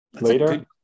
Later